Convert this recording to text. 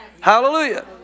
Hallelujah